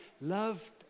loved